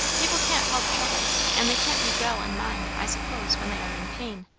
people can't help troubles, and they can't be well in mind, i suppose, when they are in pain?